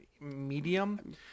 medium